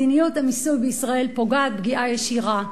מדיניות המיסוי בישראל פוגעת פגיעה ישירה,